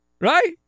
right